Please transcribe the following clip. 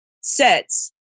sets